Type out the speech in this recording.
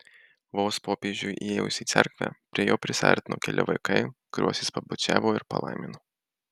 vos popiežiui įėjus į cerkvę prie jo prisiartino keli vaikai kuriuos jis pabučiavo ir palaimino